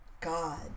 God